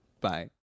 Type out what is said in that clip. Bye